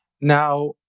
Now